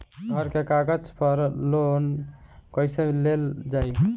घर के कागज पर लोन कईसे लेल जाई?